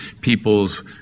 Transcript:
people's